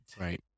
Right